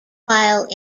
while